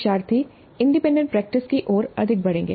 शिक्षार्थी independent practice की ओर अधिक बढ़ेंगे